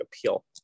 appeal